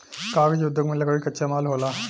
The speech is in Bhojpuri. कागज़ उद्योग में लकड़ी कच्चा माल होला